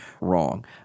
wrong